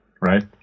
right